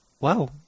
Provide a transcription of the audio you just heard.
wow